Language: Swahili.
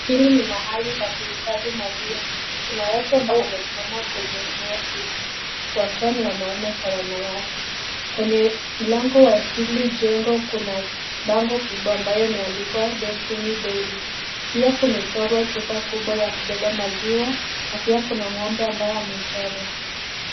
Hili ni mahali pa kuhifadhi maziwa, kuna watu ambao wamesimama kwenye eneo hili wakiwa ni wanaume Kwa wanawake ,kwenye lango ya hili jengo kuna bango kubwa ambayo imeandikwa destiny dairies, pia kumechorwa chupa kubwaa ya kubeba maziwa na pia kuna ngombe ambayo amechorwa.